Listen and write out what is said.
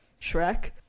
shrek